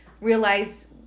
realize